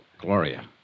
Gloria